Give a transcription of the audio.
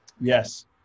yes